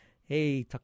Hey